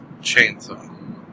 Chainsaw